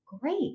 great